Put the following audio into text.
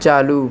चालू